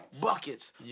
Buckets